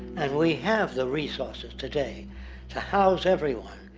and we have the resources today to house everyone,